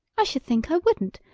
i should think i wouldn't,